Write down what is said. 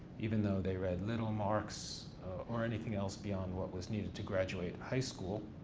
even though they read little marx or anything else beyond what was needed to graduate high school.